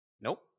Nope